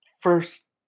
first